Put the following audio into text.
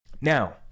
Now